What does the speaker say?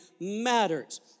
matters